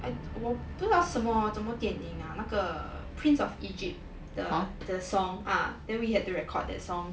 I 我不知道什么什么电影啊那个 prince of egypt 的的 song ah then we had to record that song